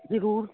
ਜਰੂਰ